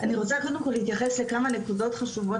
אני רוצה קודם כל להתייחס לכמה נקודות חשובות